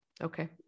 Okay